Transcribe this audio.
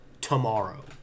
tomorrow